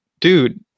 dude